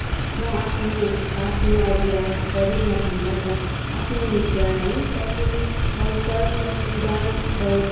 म आफ्नो है आफ्नो अभ्यास गरिरहन र आफ्नो नित्य है कसरी कौशल र सुधार गर